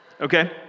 Okay